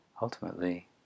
ultimately